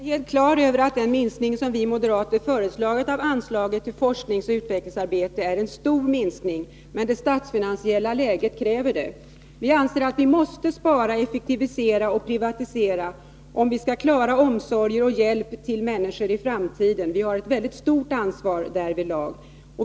Herr talman! Jag är helt på det klara med att den minskning av anslaget till forskningsoch utvecklingsarbete som vi moderater har föreslagit är en stor minskning, men det statsfinansiella läget kräver det. Vi måste spara, effektivisera och privatisera om vi skall klara omsorg och hjälp till människor i framtiden. Vi har ett mycket stort ansvar därvidlag.